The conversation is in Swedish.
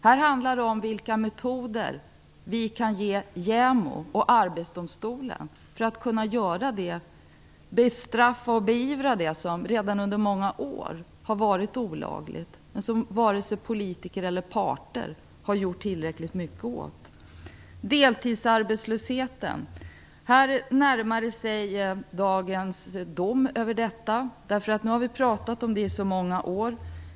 Det handlar nu om vilka möjligheter vi kan ge JämO och Arbetsdomstolen att bestraffa och beivra det som redan under många år har varit olagligt men som varken politiker eller parter har gjort tillräckligt mycket åt. Vi närmar oss dagens dom över deltidsarbetslösheten. Vi har nu pratat om det i många år.